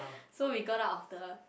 so we got out of the